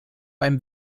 einem